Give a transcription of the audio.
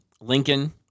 Lincoln